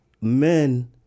Men